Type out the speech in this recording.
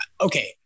okay